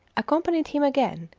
accompanied him again,